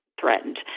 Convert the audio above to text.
threatened